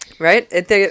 Right